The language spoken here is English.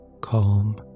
Calm